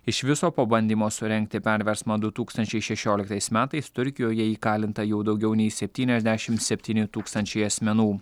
iš viso po bandymo surengti perversmą du tūkstančiai šešioliktais metais turkijoje įkalinta jau daugiau nei septyniasdešimt septyni tūkstančiai asmenų